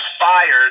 fired